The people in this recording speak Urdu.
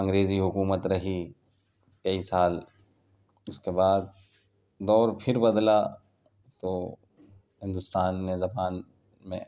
انگریزی حکومت رہی کئی سال اس کے بعد دور پھر بدلا تو ہندوستان میں زبان میں